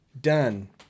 Done